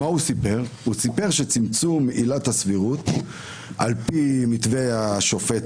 הוא סיפר שצמצום עילת הסבירות על פי מתווה השופט